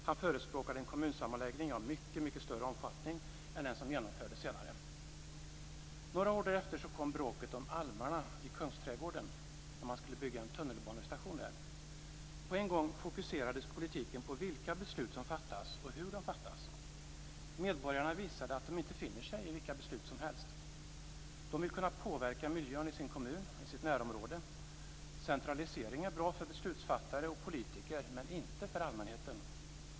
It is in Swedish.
Han förespråkade en kommunsammanläggning av mycket större omfattning än den som genomfördes senare. Några år därefter kom bråket om almarna i Kungsträdgården när man skulle bygga en tunnelbanestation där. På en gång fokuserades politiken på vilka beslut som fattas och hur de fattas. Medborgarna visade att de inte finner sig i vilka beslut som helst. De vill kunna påverka miljön i sin kommun och i sitt närområde. Centralisering är bra för beslutsfattare och politiker, men inte för allmänheten.